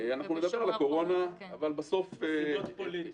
מסיבות פוליטיות.